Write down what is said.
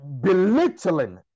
belittling